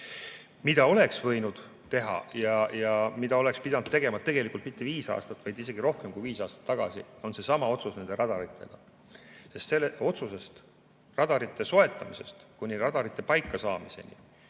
Mida oleks võinud teha ja mida oleks pidanud tegema, on see, et tegelikult mitte viis aastat, vaid isegi rohkem kui viis aastat tagasi võinuks teha sellesama otsuse nende radarite kohta. Sest sellest otsusest, radarite soetamisest kuni radarite paika saamiseni